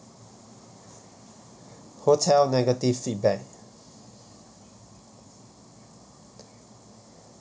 hotel negative feedback